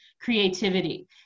creativity